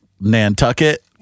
Nantucket